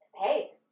hey